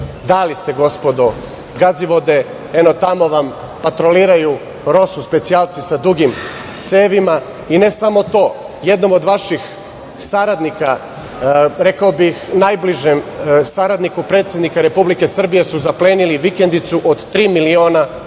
Dali ste, gospodo, „Gazivode“, eno tamo vam patroliraju ROSU specijalci sa dugim cevima i, ne samo to, jednom od vaših saradnika, rekao bih, najbližem saradniku predsednika Republike Srbije su zaplenili vikendicu od tri miliona evra.